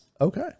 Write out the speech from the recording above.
Okay